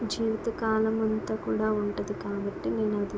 జీవితకాలం అంతా కూడా ఉంటుంది కాబట్టి నేను అది